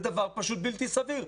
זה דבר פשוט בלתי סביר.